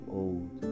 old